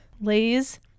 Lay's